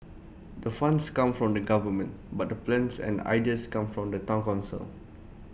the funds come from the government but the plans and ideas come from the Town Council